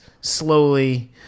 slowly